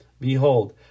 Behold